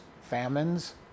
famines